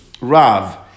Rav